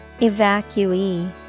Evacuee